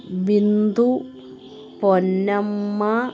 Bindu Ponnamma